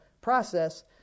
process